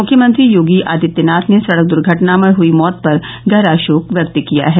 मुख्यमंत्री योगी आदित्यनाथ ने सड़क दुर्घटना में हुई मौत पर गहरा शोक व्यक्त किया है